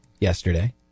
yesterday